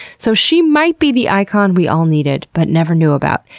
so she might be the icon we all needed but never knew about,